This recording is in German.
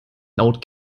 laut